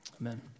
Amen